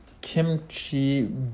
kimchi